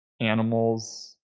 animals